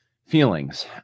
Feelings